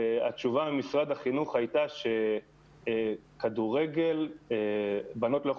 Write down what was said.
והתשובה ממשרד החינוך הייתה שבנות לא יכולות לשחק כדורגל עם בנים.